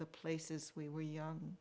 the places we were young